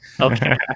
Okay